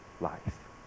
life